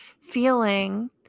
feeling